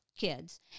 kids